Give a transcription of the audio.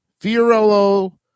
Fiorello